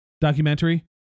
documentary